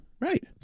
Right